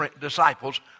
disciples